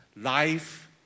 Life